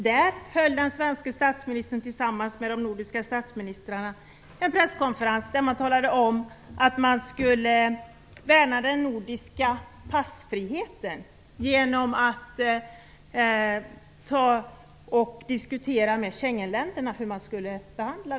Där höll den svenske statsministern tillsammans med de övriga nordiska statsministrarna en presskonferens, där man talade om att man skulle värna den nordiska passfriheten genom att med Schengenländerna diskutera hur frågan skulle behandlas.